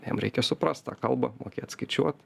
jam reikia suprast tą kalbą mokėt skaičiuot